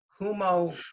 Kumo